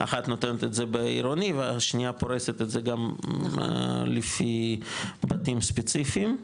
שאחת נותנת את זה בעירוני והשנייה פורסת את זה גם לפי בתים ספציפיים.